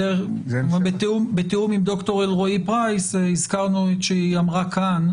בתיאום עם ד"ר אלרועי פרייס הזכרנו את שהיא אמרה כאן,